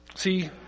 See